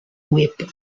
whip